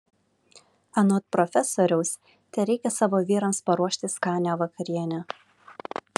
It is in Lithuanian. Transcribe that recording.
anot profesoriaus tereikia savo vyrams paruošti skanią vakarienę